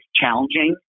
challenging